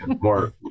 more